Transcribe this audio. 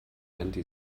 anti